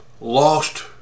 lost